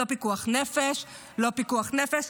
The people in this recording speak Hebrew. לא פיקוח נפש, לא פיקוח נפש.